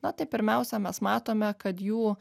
na tai pirmiausia mes matome kad jų